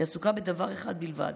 היא עסוקה בדבר אחד בלבד,